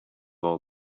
all